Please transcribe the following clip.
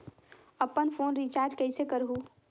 अपन phone recharge कइसे करहु?